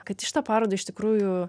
kad į šitą parodą iš tikrųjų